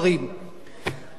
החוק הזה מגיע הנה